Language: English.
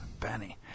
Benny